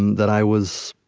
that i was,